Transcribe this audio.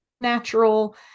natural